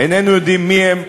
איננו יודעים מי הם,